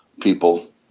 people